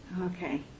Okay